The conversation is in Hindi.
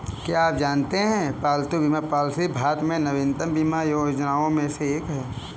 क्या आप जानते है पालतू बीमा पॉलिसी भारत में नवीनतम बीमा योजनाओं में से एक है?